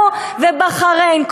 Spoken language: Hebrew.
אנחנו ובחריין.